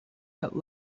that